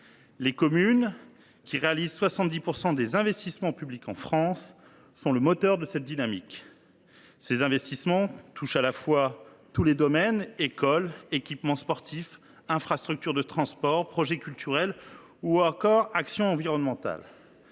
Les communes, qui réalisent 70 % des investissements publics de notre pays, sont le moteur de cette dynamique. Ces investissements concernent tous les domaines : écoles, équipements sportifs, infrastructures de transport, projets culturels ou encore actions environnementales.